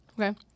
Okay